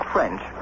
French